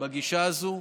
בגישה הזאת.